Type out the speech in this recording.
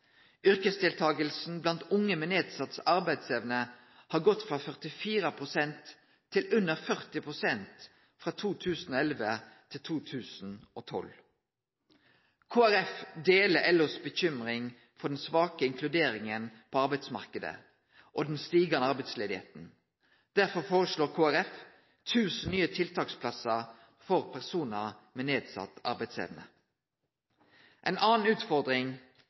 blant unge med nedsett arbeidsevne har gått frå 44 pst. til under 40 pst. frå 2011 til 2012. Kristeleg Folkeparti deler LOs uro for den svake inkluderinga på arbeidsmarknaden og den stigande arbeidsløysa. Derfor foreslår Kristeleg Folkeparti 1 000 nye tiltaksplassar for personar med nedsett arbeidsevne. Ei anna utfordring